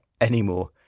anymore